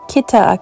Kita